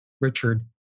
Richard